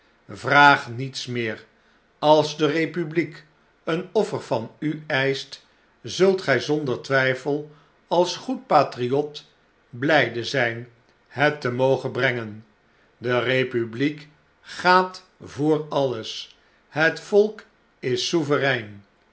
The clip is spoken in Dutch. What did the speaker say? niets meer als de republiek een offer van u eischt zult gij zonder twijfel als goed patriot blyde zyn het te mogen brengen de republiek gaat voor alles het volk is souverein